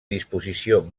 disposició